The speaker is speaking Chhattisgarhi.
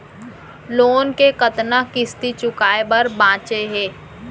लोन के कतना किस्ती चुकाए बर बांचे हे?